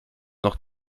noch